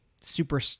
super